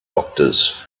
doctors